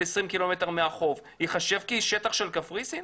20 קילומטר מהחוף ייחשב כשטח של קפריסין?